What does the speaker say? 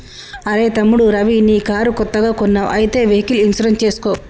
అరెయ్ తమ్ముడు రవి నీ కారు కొత్తగా కొన్నావ్ అయితే వెహికల్ ఇన్సూరెన్స్ చేసుకో